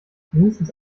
mindestens